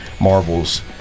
Marvel's